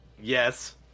Yes